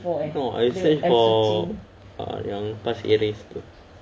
no I search for err yang pasir ris food